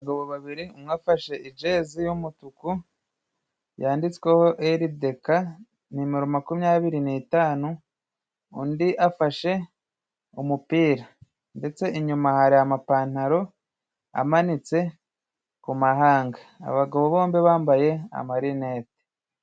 Abagano babiri umwe afashe jezi y'umutuku yanditsweho Erideka nimero makumyabiri n'itanu undi afashe umupira. Ndetse inyuma hari amapantaro amanitse ku mahanga abagabo bombi bambaye amarinete.